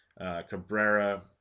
Cabrera